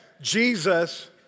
Jesus